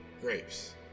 grapes